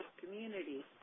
Community